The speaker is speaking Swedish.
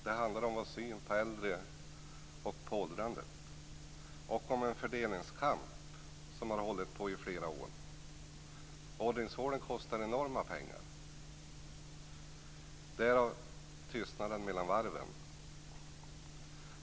Det handlar om vår syn på äldre och på åldrandet. Det handlar också om en fördelningskamp som har hållit på i flera år. Åldringsvården kostar enorma pengar, därav tystnaden mellan varven.